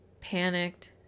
panicked